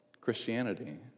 Christianity